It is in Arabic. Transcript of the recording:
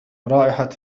رائحة